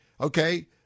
okay